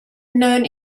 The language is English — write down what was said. known